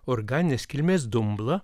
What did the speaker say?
organinės kilmės dumblą